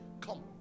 come